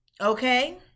okay